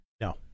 No